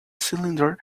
cylinder